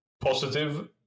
positive